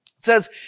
says